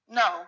no